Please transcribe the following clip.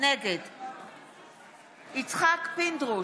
נגד יצחק פינדרוס,